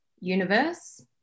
universe